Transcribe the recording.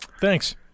Thanks